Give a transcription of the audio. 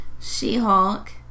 She-Hulk